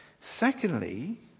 Secondly